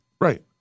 Right